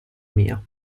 mia